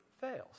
fails